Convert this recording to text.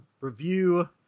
review